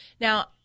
Now